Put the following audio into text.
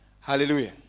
Hallelujah